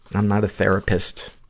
i'm not a therapist.